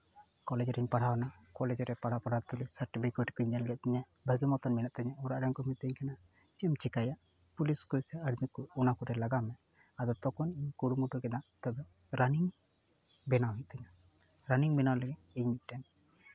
college ᱨᱤᱧ ᱯᱟᱲᱦᱟᱣ ᱮᱱᱟ ᱠᱚᱞᱮᱡᱽ ᱨᱮ ᱯᱟᱲᱦᱟᱣ ᱯᱟᱲᱦᱟᱣ ᱛᱩᱞᱩᱡ ᱥᱟᱨᱴᱚᱯᱤᱠᱮᱴ ᱠᱚᱧ ᱧᱮᱞ ᱠᱮᱫ ᱛᱤᱧᱟᱹ ᱵᱷᱟᱹᱜᱤ ᱢᱚᱛᱚᱱ ᱢᱮᱱᱟᱜ ᱛᱤᱧᱟᱹ ᱚᱲᱟᱜ ᱨᱮᱱ ᱠᱚ ᱢᱤᱛᱟᱹᱧ ᱠᱟᱱᱟ ᱪᱮᱫ ᱮᱢ ᱪᱤᱠᱟᱹᱭᱟ ᱯᱩᱞᱤᱥ ᱠᱚ ᱥᱮ ᱟᱨᱢᱤ ᱠᱚᱨᱮᱫ ᱚᱱᱟ ᱠᱚᱨᱮᱫ ᱞᱟᱜᱟᱣ ᱢᱮ ᱟᱫᱚ ᱛᱚᱠᱷᱚᱱ ᱤᱧ ᱠᱩᱨᱩᱢᱩᱴᱩ ᱠᱮᱫᱟ ᱛᱚᱵᱮ ᱨᱟᱱᱤᱝ ᱵᱮᱱᱟᱣ ᱦᱩᱭᱩᱜ ᱛᱤᱧᱟᱹ ᱨᱟᱱᱤᱝ ᱵᱮᱱᱟᱣ ᱞᱟᱹᱜᱤᱫ ᱤᱧ ᱢᱤᱫᱴᱮᱱ